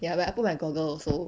ya but I put my goggle also